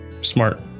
Smart